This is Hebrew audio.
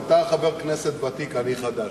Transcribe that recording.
אתה חבר כנסת ותיק, אני חדש.